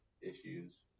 issues